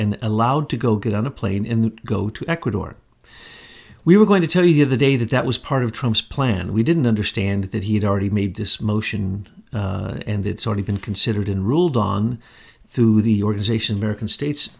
and allowed to go get on a plane in go to ecuador we were going to tell you the day that that was part of trump's plan we didn't understand that he had already made this motion and it's already been considered in ruled on through the organization american states